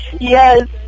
Yes